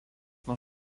nuo